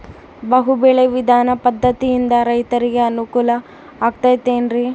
ಬಹು ಬೆಳೆ ವಿಧಾನ ಪದ್ಧತಿಯಿಂದ ರೈತರಿಗೆ ಅನುಕೂಲ ಆಗತೈತೇನ್ರಿ?